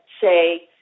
say